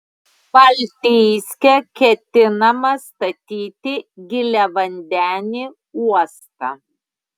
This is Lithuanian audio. baltijske ketinama statyti giliavandenį uostą